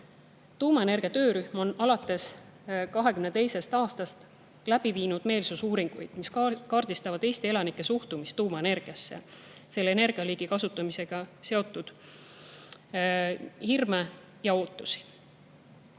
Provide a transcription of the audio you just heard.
Tuumaenergia töörühm on alates 2022. aastast läbi viinud meelsusuuringuid, mis kaardistavad Eesti elanike suhtumist tuumaenergiasse ning seda liiki energia kasutamisega seotud hirme ja ootusi.